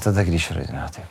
tada grįšiu rudeniop taip